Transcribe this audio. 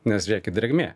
nes žiūrėkit drėgmė